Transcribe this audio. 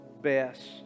best